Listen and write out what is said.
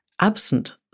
Absent